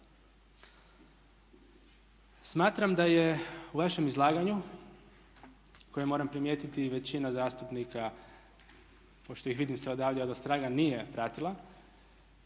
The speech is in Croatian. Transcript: Smatram da je u vašem izlaganju, koje moram primijetiti većina zastupnika, pošto ih vidim sve odavde odostraga nije pratila,